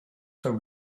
for